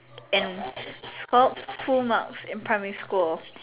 and scored full marks in primary school